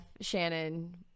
shannon